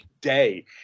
day